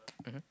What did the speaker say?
mmhmm